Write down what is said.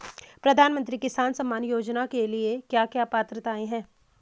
प्रधानमंत्री किसान सम्मान योजना के लिए क्या क्या पात्रताऐं हैं?